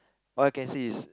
what I can say is